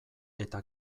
eta